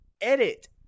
edit